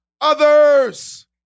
others